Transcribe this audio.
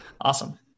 Awesome